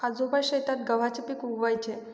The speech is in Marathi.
आजोबा शेतात गव्हाचे पीक उगवयाचे